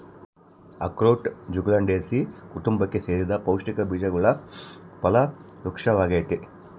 ಅಖ್ರೋಟ ಜ್ಯುಗ್ಲಂಡೇಸೀ ಕುಟುಂಬಕ್ಕೆ ಸೇರಿದ ಪೌಷ್ಟಿಕ ಬೀಜವುಳ್ಳ ಫಲ ವೃಕ್ಪವಾಗೈತಿ